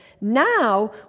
Now